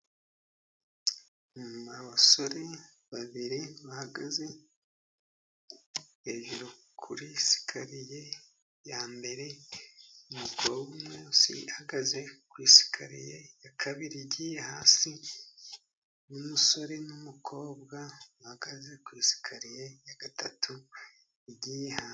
Abasore babiri bahagaze hejuru kuri sikaliye yambere, umukobwa umwe uri munsi uhagaze kuri sikariye ya kabiri, umusore n'umukobwa bahagaze kuri sikariye ya gatatu igihe hasi.